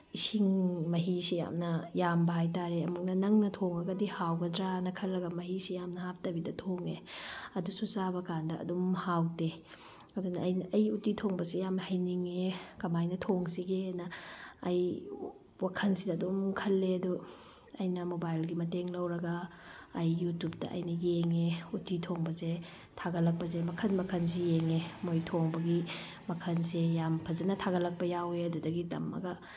ꯏꯁꯤꯡ ꯃꯍꯤꯁꯦ ꯌꯥꯝꯅ ꯌꯥꯝꯕ ꯍꯥꯏ ꯇꯥꯥꯔꯦ ꯑꯃꯨꯛꯅ ꯅꯪꯅ ꯊꯣꯡꯉꯒꯗꯤ ꯍꯥꯎꯒꯗ꯭ꯔꯅ ꯈꯜꯂꯒ ꯃꯍꯤꯁꯤ ꯌꯥꯝꯅ ꯍꯥꯞꯇꯕꯤꯗ ꯊꯣꯡꯉꯦ ꯑꯗꯨꯁꯨ ꯆꯥꯕ ꯀꯥꯟꯗ ꯑꯗꯨꯝ ꯍꯥꯎꯇꯦ ꯑꯗꯨꯅ ꯑꯩꯅ ꯑꯩ ꯎꯇꯤ ꯊꯣꯡꯕꯁꯦ ꯌꯥꯝ ꯍꯩꯅꯤꯡꯉꯦ ꯀꯃꯥꯏꯅ ꯊꯣꯡꯁꯤꯒꯦꯅ ꯑꯩ ꯋꯥꯈꯜꯁꯤꯗ ꯑꯗꯨꯝ ꯈꯜꯂꯦ ꯑꯗꯨ ꯑꯩꯅ ꯃꯣꯕꯥꯏꯜꯒꯤ ꯃꯇꯦꯡ ꯂꯧꯔꯒ ꯑꯩ ꯌꯨꯇꯨꯞꯇ ꯑꯩꯅ ꯌꯦꯡꯉꯦ ꯎꯇꯤ ꯊꯣꯡꯕꯁꯦ ꯊꯥꯒꯠꯂꯛꯄꯁꯦ ꯃꯈꯜ ꯃꯈꯜꯁꯦ ꯌꯦꯡꯉꯦ ꯃꯣꯏ ꯊꯣꯡꯕꯒꯤ ꯃꯈꯜꯁꯦ ꯌꯥꯝ ꯐꯖꯅ ꯊꯥꯒꯠꯂꯛꯄ ꯌꯥꯎꯋꯦ ꯑꯗꯨꯗꯒꯤ ꯇꯝꯃꯒ